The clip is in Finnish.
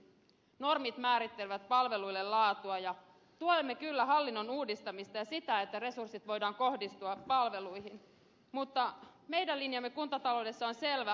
normit määrittelevät palveluille laatua ja tuemme kyllä hallinnon uudistamista ja sitä että resurssit voidaan kohdistaa palveluihin mutta meidän linjamme kuntataloudessa on selvä